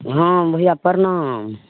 हँ भैया प्रणाम